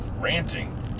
Ranting